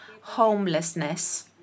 homelessness